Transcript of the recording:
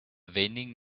vending